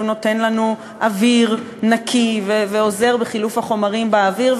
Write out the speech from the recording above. הוא נותן לנו אוויר נקי ועוזר בחילוף החומרים באוויר,